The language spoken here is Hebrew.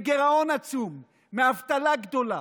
מגירעון עצום, מאבטלה גדולה,